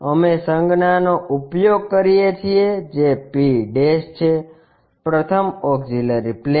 અમે સંજ્ઞા નો ઉપયોગ કરીએ છીએ જે p છે પ્રથમ ઓક્ષીલરી પ્લેન